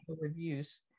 reviews